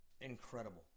incredible